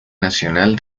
nacional